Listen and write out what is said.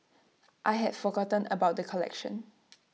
I had forgotten about the collection